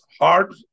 hard